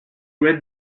read